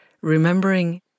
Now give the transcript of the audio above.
remembering